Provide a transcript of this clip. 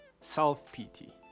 self-pity